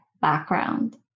background